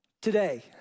Today